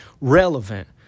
relevant